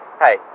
Hey